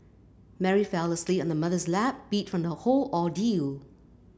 Mary fell asleep on her mother's lap beat from the whole ordeal